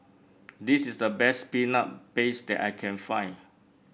this is the best Peanut Paste that I can find